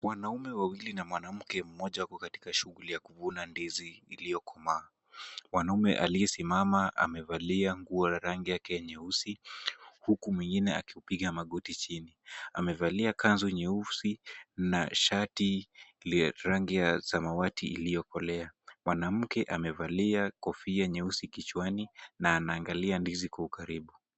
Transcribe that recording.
Wanaume wawili na mwanamke mmoja katika shughuli ya kuvuna ndizi iliyokomaa. Mwanaume aliyesimama amevalia nguo ya rangi ya nyeusi huku mwingine akipiga magoti chini amevalia kanzu nyeusi na shati la rangi ya samawati iliyokolea. Mwanamke amevalia kofia nyeusi kichwani na ana angalia ndizi kwa ukaribu.